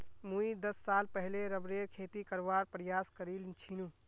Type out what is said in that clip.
मुई दस साल पहले रबरेर खेती करवार प्रयास करील छिनु